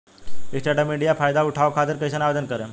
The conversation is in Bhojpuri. स्टैंडअप इंडिया के फाइदा उठाओ खातिर कईसे आवेदन करेम?